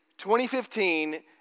2015